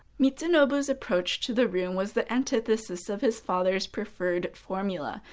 mitsunobu's approach to the room was the antithesis of his father's preferred formula.